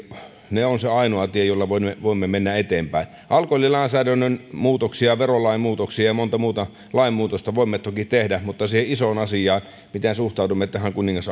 ovat se ainoa tie jolla voimme voimme mennä eteenpäin alkoholilainsäädännön muutoksia verolain muutoksia ja monta muuta lainmuutosta voimme toki tehdä mutta siihen isoon asiaan miten suhtaudumme kuningas